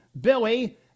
Billy